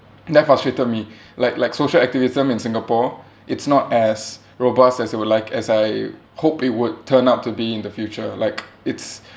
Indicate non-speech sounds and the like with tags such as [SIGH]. that frustrated me [BREATH] like like social activism in singapore it's not as robust as you would like as I hope it would turn out to be in the future like it's